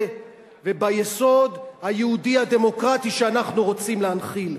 הזה וביסוד היהודי הדמוקרטי שאנחנו רוצים להנחיל.